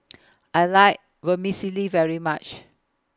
I like Vermicelli very much